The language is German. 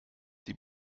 die